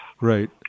right